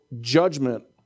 judgment